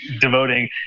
devoting